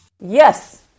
Yes